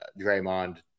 Draymond